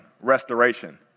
restoration